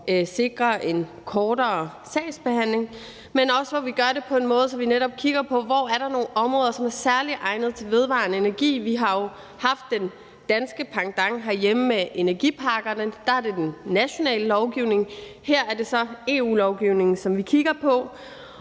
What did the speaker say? at sikre en kortere sagsbehandlingstid, men hvor vi også gør det på en måde, så vi netop kigger på, hvor der er nogle områder, som er særlig egnede til vedvarende energi. Vi har jo haft den danske pendant herhjemme med energipakkerne, hvor det er den nationale lovgivning, og her er det så EU-lovgivningen, som vi kigger på,